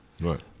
Right